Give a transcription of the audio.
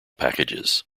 packages